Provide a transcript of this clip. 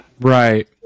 Right